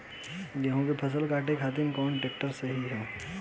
गेहूँ के फसल काटे खातिर कौन ट्रैक्टर सही ह?